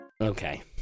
Okay